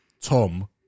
Tom